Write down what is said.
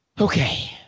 Okay